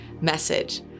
message